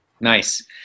Nice